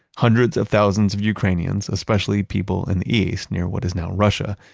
hundreds of thousands of ukrainians, especially people in the east near what is now russia,